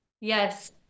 yes